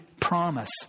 promise